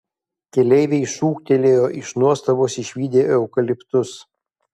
keleiviai šūktelėjo iš nuostabos išvydę eukaliptus